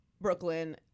Brooklyn